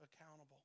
accountable